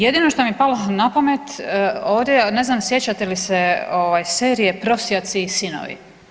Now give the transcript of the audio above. Jedino što mi je palo na pamet ovdje a ne znam sjećate li se serije Prosjaci i sinovi.